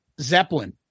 Zeppelin